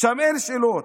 שם אין שאלות.